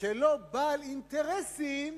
שלא בעל אינטרסים